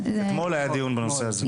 אתמול היה דיון בנושא הזה.